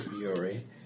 Yuri